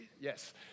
yes